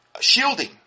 shielding